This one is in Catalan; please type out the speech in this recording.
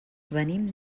venim